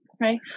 right